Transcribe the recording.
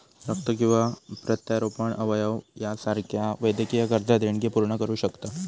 रक्त किंवा प्रत्यारोपण अवयव यासारख्यो वैद्यकीय गरजा देणगी पूर्ण करू शकता